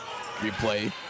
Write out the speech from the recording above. Replay